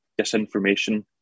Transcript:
disinformation